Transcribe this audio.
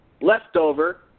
leftover